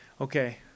okay